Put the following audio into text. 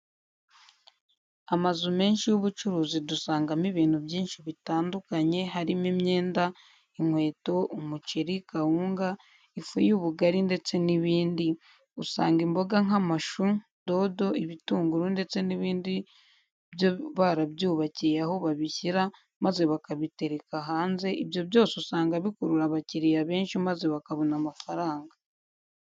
Amazu menshi y'ubucuruzi dusangamo ibintu byinshi bitandukanye harimo imyenda, inkweto, umuceri, kawunga, ifu y'ubugari ndetse n'ibindi, usanga imboga nk'amashu, dodo, ibitunguru ndetse n'ibindi byo barabyubakiye aho babishyira maze bakabitereka hanze, ibyo byose usanga bikurura abakiriya benshi maze bakabona amafaranga.